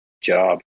job